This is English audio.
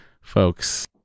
folks